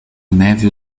neve